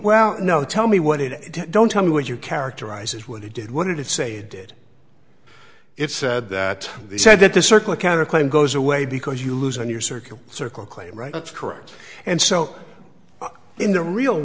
well no tell me what it is don't tell me what you characterize as what he did what did he say he did it said that they said that the circle kind of claim goes away because you lose in your circle circle claim right that's correct and so in the real